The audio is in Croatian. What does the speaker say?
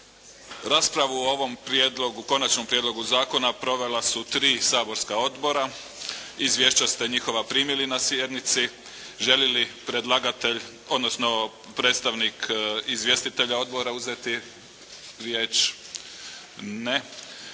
Raspravu o ovom konačnom prijedlogu zakona provela su tri saborska odbora. Izvješća ste njihova primili na sjednici. Želi li predlagatelj odnosno predstavnik izvjestitelja odbora uzeti riječ? Ne.